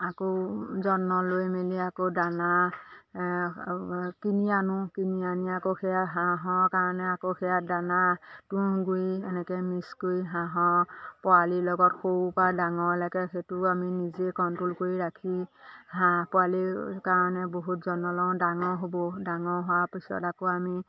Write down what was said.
আকৌ যত্ন লৈ মেলি আকৌ দানা কিনি আনো কিনি আনি আকৌ সেয়া হাঁহৰ কাৰণে আকৌ সেয়া দানা তুঁহ গুড়ি এনেকৈ মিক্স কৰি হাঁহৰ পোৱালিৰ লগত সৰুৰপৰা ডাঙৰলৈকে সেইটোও আমি নিজে কণ্ট্ৰ'ল কৰি ৰাখি হাঁহ পোৱালিৰ কাৰণে বহুত যত্ন লওঁ ডাঙৰ হ'ব ডাঙৰ হোৱাৰ পিছত আকৌ আমি